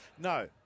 No